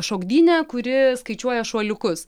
šokdynė kuri skaičiuoja šuoliukus